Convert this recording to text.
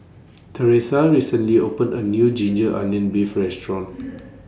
Theresa recently opened A New Ginger Onions Beef Restaurant